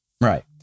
right